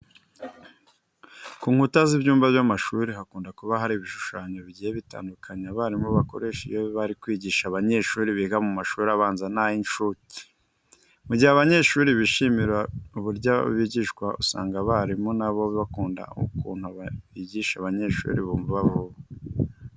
Ku nkuta z'ibyumba by'amashuri hakunda kuba hari ibishushanyo bigiye bitandukanye abarimu bakoresha iyo bari kwigisha abanyeshuri biga mu mashuri abanza n'ay'incuke. Mu gihe abanyeshuri bishimira uburyo bigishwamo usanga n'abarimu na bo bakunda ukuntu bigisha abanyeshuri bumva vuba.